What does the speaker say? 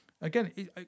Again